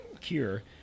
cure